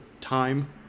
time